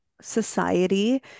society